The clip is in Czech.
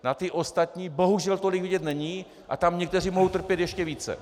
Na ty ostatní bohužel tolik vidět není a tam někteří mohou trpět ještě více.